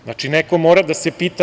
Znači, neko mora da se pita.